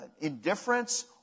indifference